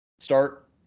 start